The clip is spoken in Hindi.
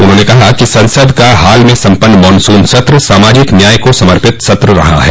उन्होंने कहा कि संसद का हाल में सम्पन्न मानसून सत्र सामाजिक न्याय को समर्पित सत्र रहा है